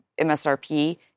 MSRP